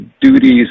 duties